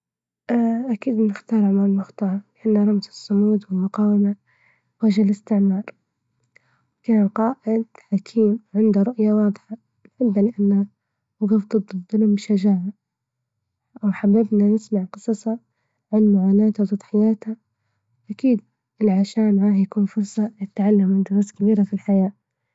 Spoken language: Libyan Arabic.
أ أكيد نختار عمر المختارلإنة رمز الصمود والمقاومة، واجد الإستعمار كان قائد حكيم عنده رؤية واضحة، عندنا وقف ضد الظلم بشجاعة، وحببنا نسمع قصصه عن معاناتة وتضحياتة، أكيد العشاء معاه يكون فرصة للتعلم من دراسات كبيرة في الحياة.